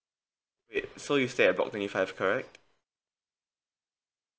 wait so you stay at block twenty five correct